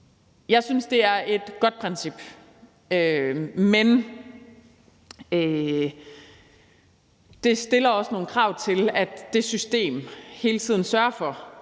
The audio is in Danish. Jeg synes, det er et godt princip, men det stiller også nogle krav til, at det system hele tiden sørger for